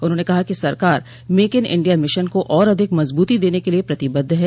उन्होंने कहा कि सरकार मेक इन इंडिया मिशन को और अधिक मजबूती देने के लिये प्रतिबद्ध है